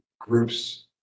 groups